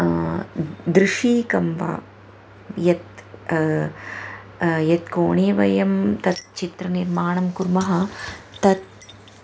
दृशीकं वा यत् यत्कोणे वयं तत् चित्रनिर्माणं कुर्मः तत्